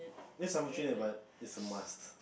that's unfortunate but it's a must